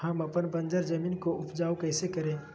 हम अपन बंजर जमीन को उपजाउ कैसे करे?